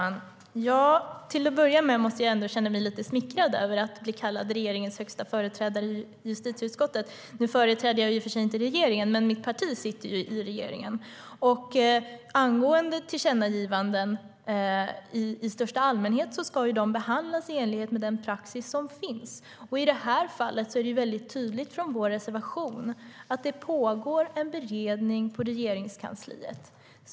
Herr talman! Till att börja med måste jag säga att jag känner mig lite smickrad över att bli kallad regeringens högsta företrädare i justitieutskottet. Jag företräder i och för sig inte regeringen, men mitt parti sitter ju i regeringen. Angående tillkännagivanden i största allmänhet ska de behandlas i enlighet med den praxis som finns. Och i det här fallet framgår det tydligt i vår reservation att det pågår en beredning på Regeringskansliet.